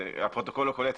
הפרוטוקול לא קולט,